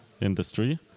industry